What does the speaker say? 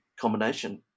combination